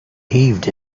heaved